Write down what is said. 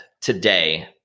today